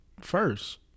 first